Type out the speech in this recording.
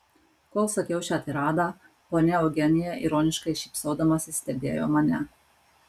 kol sakiau šią tiradą ponia eugenija ironiškai šypsodamasi stebėjo mane